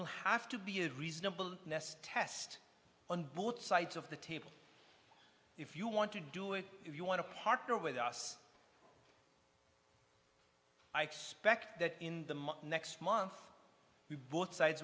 will have to be a reasonable nest test on both sides of the table if you want to do it if you want to partner with us i suspect that in the month next month you both sides